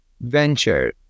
venture